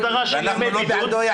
לא בעדו?